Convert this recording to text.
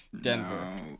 Denver